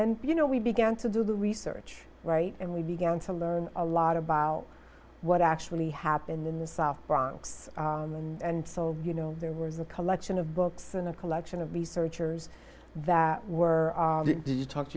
then you know we began to do the research right and we began to learn a lot about what actually happened in the south bronx and so you know there was a collection of books in the collection of the searchers that were you talk to